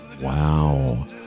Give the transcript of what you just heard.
Wow